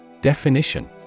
Definition